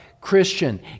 Christian